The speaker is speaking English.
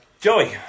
Joey